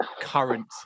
current